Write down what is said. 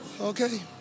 Okay